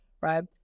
right